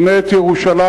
בנה את ירושלים.